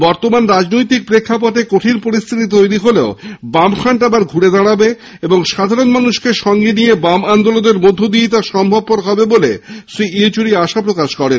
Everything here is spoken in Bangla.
বর্তমান রাজনৈতিক প্রেক্ষাপটে কঠিন পরিস্হিতি তৈরি হলেও বামফ্রন্ট আবার ঘুরে দাঁড়াবে এবং সাধারণ মানুষকে সঙ্গে নিয়ে বাম আন্দোলনের মধ্যে দিয়েই তা সম্ভব হবে বলে শ্রী ইয়েচুরি আশা প্রকাশ করেন